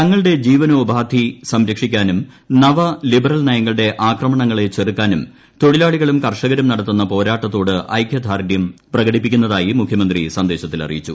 തങ്ങളുടെ ജീവനോപാധി സംരക്ഷിക്കാനും നവ ലിബറൽ നയങ്ങളുടെ ആക്രമണങ്ങളെ ചെറുക്കാനും തൊഴിലാളി കളും കർഷകരും നടത്തുന്ന പോരാട്ടത്തോട് ഐക്യദാർഢ്യം പ്രകടിപ്പിക്കുന്നതായി മുഖ്യമന്ത്രി സന്ദേശ ത്തിൽ അറിയിച്ചു